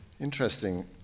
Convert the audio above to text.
interesting